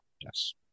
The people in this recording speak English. Yes